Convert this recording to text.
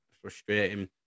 frustrating